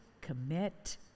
commit